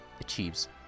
achieves